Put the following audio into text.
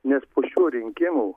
nes po šių rinkimų